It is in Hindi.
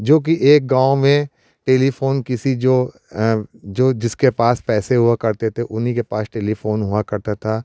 जो कि एक गाँव में टेलीफ़ोन किसी जो जो जिसके पास पैसे हुआ करते थे उन्हीं के पास टेलीफ़ोन हुआ करता था